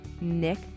Nick